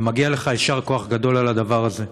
ומגיע לך יישר כוח גדול על הדבר הזה.